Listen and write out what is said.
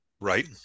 Right